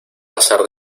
pasar